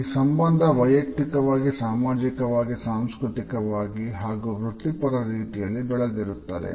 ಈ ಸಂಬಂಧ ವೈಯಕ್ತಿಕವಾಗಿ ಸಾಮಾಜಿಕವಾಗಿ ಸಾಂಸ್ಕೃತಿಕವಾಗಿ ಹಾಗೂ ವೃತ್ತಿಪರ ರೀತಿಯಲ್ಲಿ ಬೆಳೆದಿರುತ್ತದೆ